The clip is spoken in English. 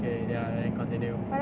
okay ya then continue